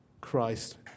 Christ